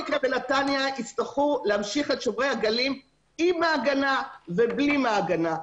יצטרכו להמשיך את שוברי הגלים עם מעגנה ובלי מעגנה.